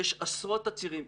יש עשרות תצהירים,